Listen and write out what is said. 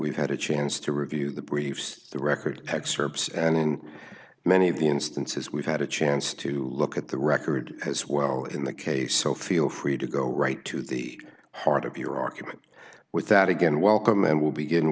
we've had a chance to review the briefs the record excerpts and in many instances we've had a chance to look at the record as well in the case so feel free to go right to the heart of your argument without again welcome and will begin